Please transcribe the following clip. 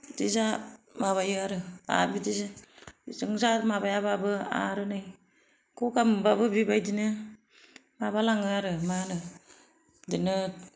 बिदि जा माबायो आरो आरो बिदिजों बेजों माबायाबाबो आरो नै गगा मोनबाबो बेबायदिनो माबालाङो आरो मा होनो बिदिनो